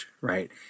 right